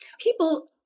People